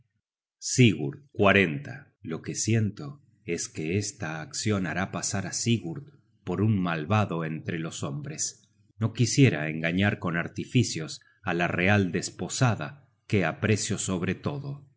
skhrd lo que siento es que esta accion hará pasar a sigurd por un malvado entre los hombres no quisiera engañar con artificios á la real desposada que aprecio sobre todo